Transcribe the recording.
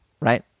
right